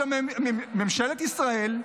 ממשלת ישראל,